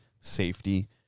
safety